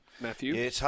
Matthew